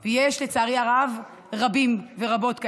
ויש, לצערי הרב, רבים ורבות כאלה.